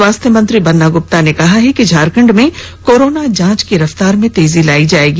स्वास्थ्य मंत्री बन्ना गुप्ता ने कहा है कि झारखंड में कोरोना जांच की रफ्तार में तेजी लाई जाएगी